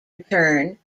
return